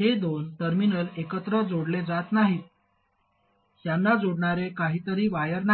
हे दोन टर्मिनल एकत्र जोडले जात नाहीत त्यांना जोडणारे कोणतेही वायर नाही